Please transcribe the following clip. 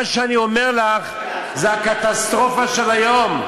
מה שאני אומר לך זה הקטסטרופה של היום.